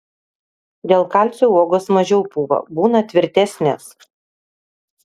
dėl kalcio uogos mažiau pūva būna tvirtesnės